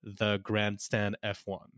thegrandstandf1